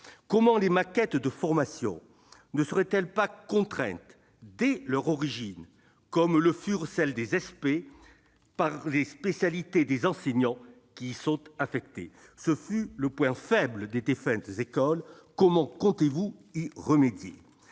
Comment les maquettes de formation ne seraient-elles pas contraintes dès leur origine, comme le furent celles des ÉSPÉ, par les spécialités des enseignants qui y sont affectés ? Ce fut le point faible des défuntes écoles. Comment comptez-vous y remédier ?